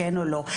כן או לא.